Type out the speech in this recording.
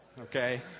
okay